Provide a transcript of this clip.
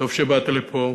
טוב שבאת לפה,